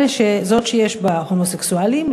זאת שיש בה הומוסקסואלים,